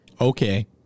Okay